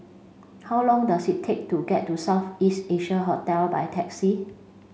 how long does it take to get to South East Asia Hotel by taxi